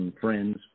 friends